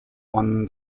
won